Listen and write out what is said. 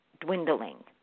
dwindling